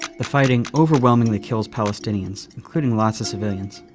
the fighting overwhelmingly kills palestinians, including lots of civilians.